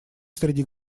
среди